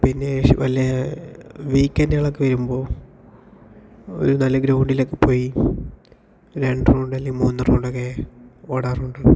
പിന്നെ ഷ് വല്ല വീക്കെൻറ്റുകളൊക്കെ വരുമ്പോൾ ഒരു നല്ല ഗ്രൗണ്ടിലൊക്കെ പോയി രണ്ട് റൗണ്ട് അല്ലെങ്കി മൂന്ന് റൗണ്ട് ഒക്കെ ഓടാറുണ്ട്